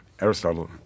Aristotle